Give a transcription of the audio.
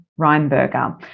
Reinberger